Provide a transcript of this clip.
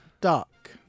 duck